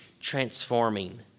transforming